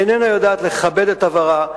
איננה יודעת לכבד את עברה,